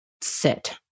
sit